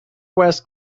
west